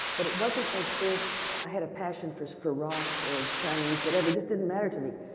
but it wasn't as if i had a passion for for rocks or chinese, whatever. it just didn't matter to me.